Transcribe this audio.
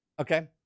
Okay